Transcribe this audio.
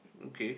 okay